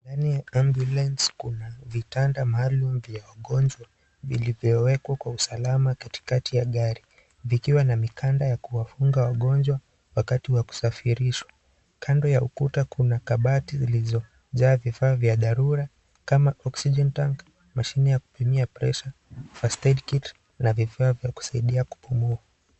Ndani ya ambulance kuna vitanda maalum vya wagonjwa vilivyowekwa kwa usalama katikati ya gari vikiwa na mikanda ya kuwafunga wagonjwa wakati wa kusafirishwa. Kando ya ukuta kuna kabati zilizojaa vifaa vya dharura kama oxygen tank , mashine ya kupimia presha, first aid kit na vifaa vya kusaidia kupumua.